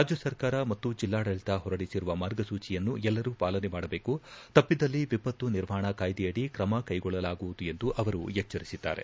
ರಾಜ್ಯ ಸರ್ಕಾರ ಮತ್ತು ಜಲ್ಲಾಡಳಿತ ಹೊರಡಿಸಿರುವ ಮಾರ್ಗಸೂಚಿಯನ್ನು ಎಲ್ಲರೂ ಪಾಲನೆ ಮಾಡಬೇಕು ತಪ್ಪಿದ್ದಲ್ಲಿ ವಿಪತ್ತು ನಿರ್ವಹಣಾ ಕಾಯ್ದೆಯಡಿ ಕ್ರಮ ಕೈಗೊಳ್ಳಲಾಗುವುದು ಎಂದು ಅವರು ಎಚ್ಚರಿಸಿದ್ದಾರೆ